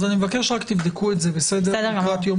אני רק מבקש שתבדקו את זה לקראת יום